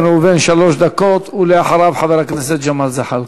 לא מכובד לעמוד פה ולתת רוח גבית לאלה שמסיתים.